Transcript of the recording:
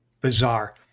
Bizarre